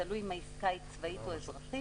תלוי אם העסקה צבאית או אזרחית.